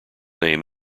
name